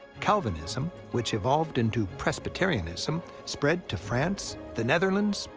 calvinism, which evolved into presbyterianism, spread to france, the netherlands,